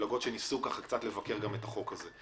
מהמפלגות שניסו לבקר את החוק הזה.